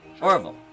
Orville